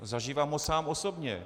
Zažívám ho sám osobně.